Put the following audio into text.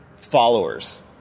Followers